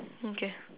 okay